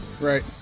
Right